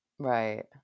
Right